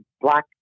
black